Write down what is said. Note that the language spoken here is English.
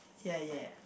yeah yeah